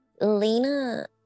Lena